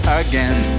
again